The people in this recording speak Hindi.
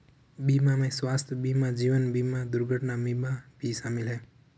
बीमा में स्वास्थय बीमा जीवन बिमा दुर्घटना बीमा भी शामिल है